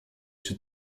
czy